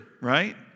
Right